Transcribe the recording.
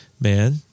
man